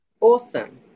Awesome